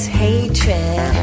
hatred